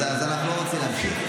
אז אנחנו לא רוצים להמשיך.